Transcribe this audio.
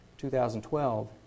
2012